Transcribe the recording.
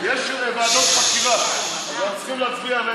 למה היא רוצה לתקן?